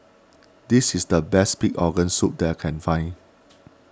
this is the best Pig Organ Soup that I can find